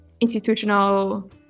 institutional